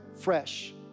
fresh